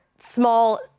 small